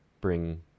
bring